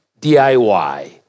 DIY